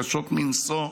קשות מנשוא,